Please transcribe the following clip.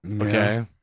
okay